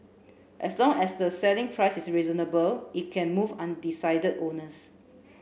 as long as the selling price is reasonable it can move undecided owners